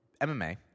MMA